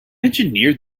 engineered